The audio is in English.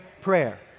prayer